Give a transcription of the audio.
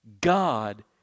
God